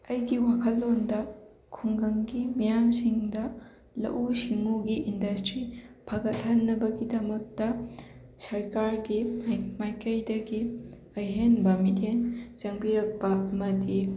ꯑꯩꯒꯤ ꯋꯥꯈꯜꯂꯣꯟꯗ ꯈꯨꯡꯒꯪꯒꯤ ꯃꯤꯌꯥꯝꯁꯤꯡꯗ ꯂꯧꯎ ꯁꯤꯡꯎꯒꯤ ꯏꯟꯗꯁꯇ꯭ꯔꯤ ꯐꯒꯠꯍꯟꯅꯕꯒꯤꯗꯃꯛꯇ ꯁꯔꯀꯥꯔꯒꯤ ꯃꯥꯏꯀꯩꯗꯒꯤ ꯑꯍꯦꯟꯕ ꯃꯤꯠꯌꯦꯡ ꯆꯪꯕꯤꯔꯛꯄ ꯑꯃꯗꯤ